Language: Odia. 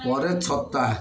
ପରେ ଛତା